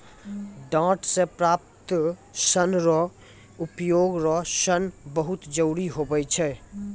डांट से प्राप्त सन रो उपयोग रो सन बहुत जरुरी हुवै छै